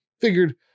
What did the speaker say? figured